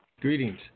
Greetings